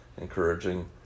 encouraging